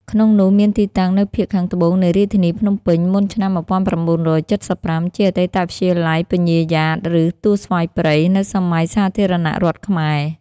គុកនោះមានទីតាំងនៅភាគខាងត្បូងនៃរាជធានីភ្នំពេញ មុនឆ្នាំ១៩៧៥ ជាអតីតវិទ្យាល័យពញាយ៉ាត ឬទួលស្វាយព្រៃ នៅសម័យសាធារណរដ្ឋខ្មែរ។